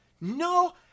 no